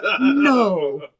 no